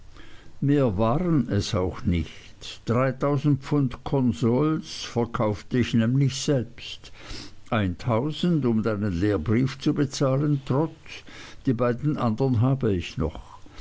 mehr waren es auch nicht dreitausend pfund konsols verkaufte ich nämlich selbst eintausend um deinen lehrbrief zu bezahlen trot die beiden andern habe ich noch